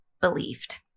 believed